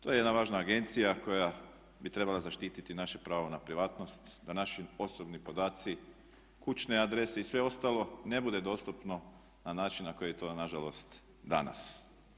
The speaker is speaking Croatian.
To je jedna važna agencija koja bi trebala zaštititi naše pravo na privatnost da naši osobni podaci, kućne adrese i sve ostalo ne bude dostupno na način na koji je to nažalost danas.